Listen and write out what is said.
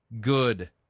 good